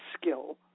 skill